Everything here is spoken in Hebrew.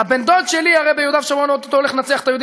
הרי הבן-דוד שלי ביהודה ושומרון או-טו-טו הולך לנצח את היהודים,